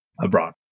Abroad